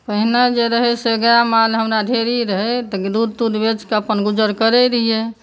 पहिने जे रहै से हमरा गाय माल ढ़ेरी रहै तऽ दुध तुध बेचके अपन गुजरकरै रहियै